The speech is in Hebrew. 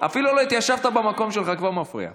אפילו לא התיישבת במקום שלך, כבר מפריע.